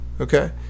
okay